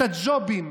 את הג'ובים,